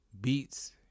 beats